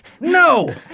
No